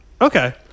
Okay